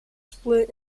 split